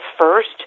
first